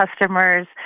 customers